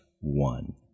one